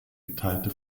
geteilte